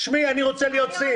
תשמעי, אני רוצה להיות סין.